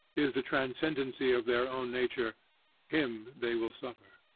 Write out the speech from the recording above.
is the transcendency of their own nature him they will suffer.